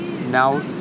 now